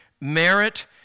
merit